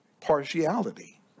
partiality